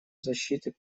защиты